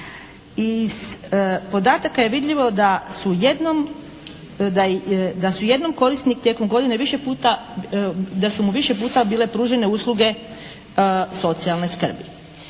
Iz podataka je vidljivo da su jednom korisnik tijekom godine više puta, da su mu više puta bile pružene usluge socijalne skrbi.